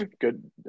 good